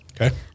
Okay